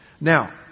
Now